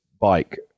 bike